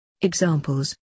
Examples